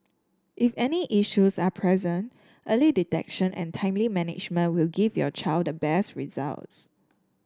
if any issues are present early detection and timely management will give your child the best results